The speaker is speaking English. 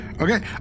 Okay